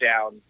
down